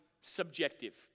subjective